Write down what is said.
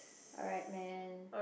alright man